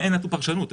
אין פרשנות.